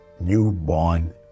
newborn